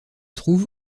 trouve